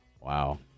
Wow